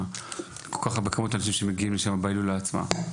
לכמות האנשים העצומה שמגיעה לשם בהילולה עצמה.